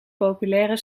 populaire